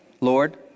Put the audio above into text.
Lord